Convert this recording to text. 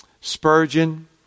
Spurgeon